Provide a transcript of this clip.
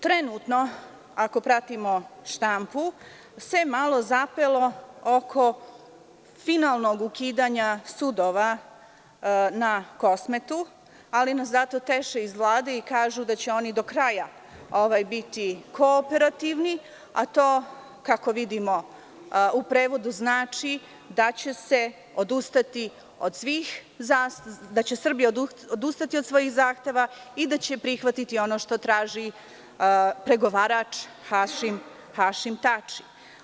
Trenutno, ako pratimo štampu, se malo zapelo oko finalnog ukidanja sudova na Kosmetu, ali nas zato teše iz Vlade i kažu da će oni do kraja biti kooperativni, a to, kako vidimo, u prevodu znači da će Srbija odustati od svojih zahteva i da će prihvatiti ono što traži pregovarač Hašim Tači.